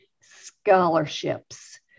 Scholarships